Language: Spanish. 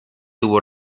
tuvo